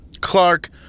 Clark